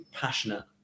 passionate